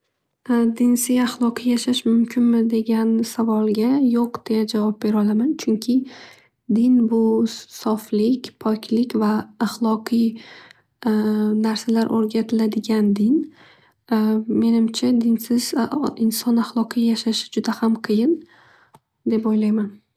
Dinsiz ahloqiy yashash mumkinmi degan savolga yo'q deb javob berolaman. Chunki din bu soflik, poklik, va ahloqiy narsalar o'rgatiladigan din. Menimcha dinsiz inson ahloqiy yashashi juda ham qiyin deb o'ylayman.